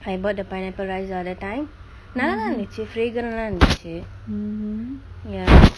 I bought the pineapple rice ah that time நல்லாதா இருந்துச்சு:nallaathaa irundthuchsu fragrant lah இருந்துச்சு:irunsthuchsu ya